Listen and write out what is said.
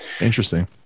Interesting